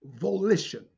volition